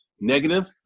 negative